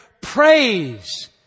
praise